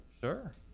Sure